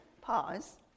pause